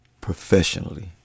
professionally